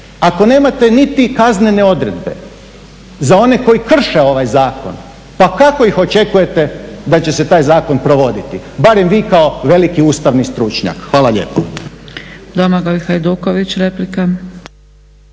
Ako nemate niti kaznene odredbe za one koji krše ovaj zakon pa kako ih očekujete da će se taj zakon provoditi? Barem vi kao veliki ustavni stručnjak. Hvala lijepo.